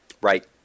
Right